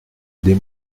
des